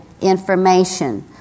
information